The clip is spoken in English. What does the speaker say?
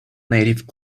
native